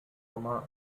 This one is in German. wurde